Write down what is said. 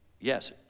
yes